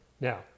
Now